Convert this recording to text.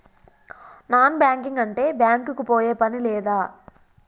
Non banking అంటే bank కి పోయే పని లేదా?